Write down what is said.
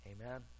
Amen